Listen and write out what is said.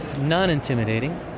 non-intimidating